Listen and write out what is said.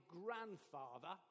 grandfather